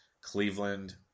Cleveland